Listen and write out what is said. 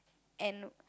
and